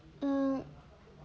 mm